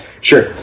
Sure